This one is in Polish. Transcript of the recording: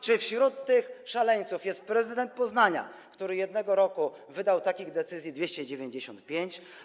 Czy wśród tych szaleńców jest prezydent Poznania, który jednego roku wydał takich decyzji 295?